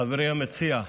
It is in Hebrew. חברי המציע,